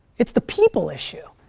it's the people issue.